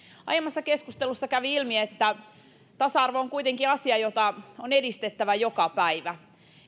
aiemmassa keskustelussa kävi ilmi että tasa arvo on kuitenkin asia jota on edistettävä joka päivä